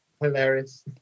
Hilarious